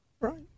right